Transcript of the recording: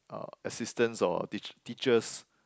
uh assistance or teach~ teachers